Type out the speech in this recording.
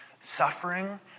suffering